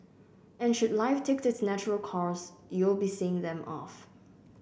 and should life takes its natural course you'll be seeing them off